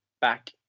back